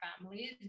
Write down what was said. families